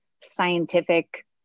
scientific